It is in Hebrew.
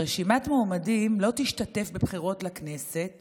רשימת מועמדים לא תשתתף בבחירות לכנסת